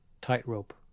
tightrope